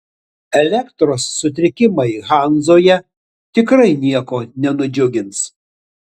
elektros sutrikimai hanzoje tikrai nieko nenudžiugins